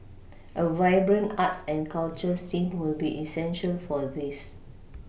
a vibrant arts and culture scene will be essential for this